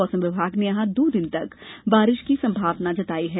मौसम विभाग ने यहां दो दिन तक बारिश की संभावना जताई है